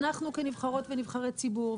אנחנו כנבחרות ונבחרי ציבור,